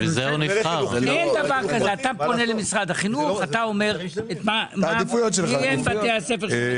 אתה פונה למשרד החינוך ואומר מי הם בתי הספר.